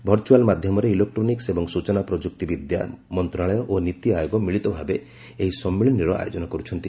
virtual ମାଧ୍ୟମରେ electronics ଏବଂ ସୂଚନା ପ୍ରଯୁକ୍ତି ବିଦ୍ୟା ମନ୍ତ୍ରଣାଳୟ ଓ ନୀତି ଆୟୋଗ ମିଳିତ ଭାବେ ଏହି ସମ୍ମିଳନୀର ଆୟୋଜନ କରୁଛନ୍ତି